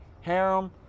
harem